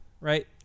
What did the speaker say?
right